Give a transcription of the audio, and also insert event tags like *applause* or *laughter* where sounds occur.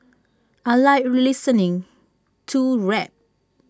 I Like *unintelligible* listening to rap